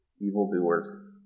evildoers